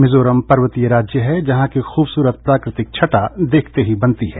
मिजोरम पर्वतीय राज्य है जहां की खूबसूरत प्राकृतिक छटा देखने लायक है